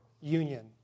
union